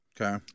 Okay